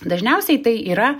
dažniausiai tai yra